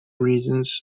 reasons